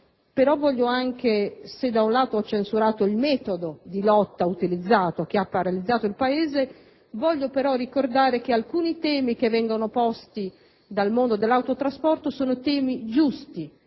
la politica. Se da un lato ho censurato il metodo di lotta utilizzato, che ha paralizzato il Paese, voglio però ricordare che alcuni temi che vengono posti da quel mondo sono giusti.